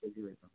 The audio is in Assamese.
কে জি বাইছা